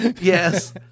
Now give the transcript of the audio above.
Yes